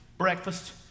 Breakfast